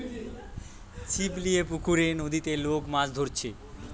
ছিপ লিয়ে পুকুরে, নদীতে লোক মাছ ধরছে